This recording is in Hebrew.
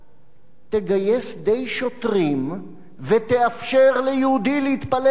תגייס די שוטרים ותאפשר ליהודי להתפלל בהר-הבית.